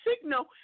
signal